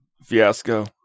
fiasco